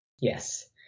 Yes